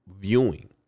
viewing